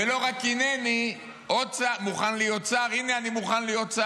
ולא רק הינני מוכן להיות שר,